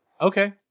Okay